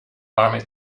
army